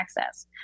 access